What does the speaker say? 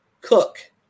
cook